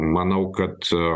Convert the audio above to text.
manau kad